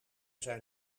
zijn